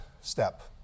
step